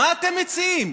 מה אתם מציעים?